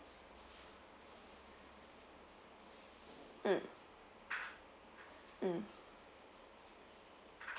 mm mm